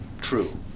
true